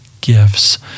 gifts